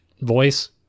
voice